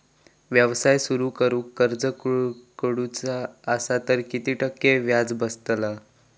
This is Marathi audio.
व्यवसाय सुरु करूक कर्ज काढूचा असा तर किती टक्के व्याज बसतला?